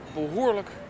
behoorlijk